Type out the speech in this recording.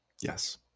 Yes